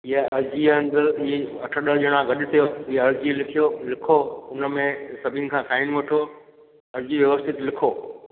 इहा अर्ज़ी आहिनि त अठ ॾह ॼणा गॾु थियो इहा अर्ज़ी लिखियो लिखो उन में सभिनीनि खां साइन वठो अर्ज़ी व्यवस्थित लिखो